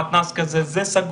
מתנ"ס זה סגור,